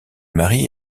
mary